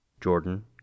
Jordan